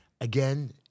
Again